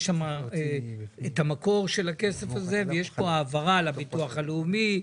יש שם את המקור של הכסף הזה ויש פה העברה לביטוח הלאומי,